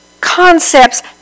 concepts